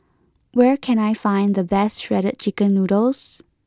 where can I find the best shredded chicken noodles